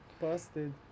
Busted